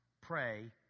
Pray